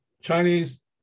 Chinese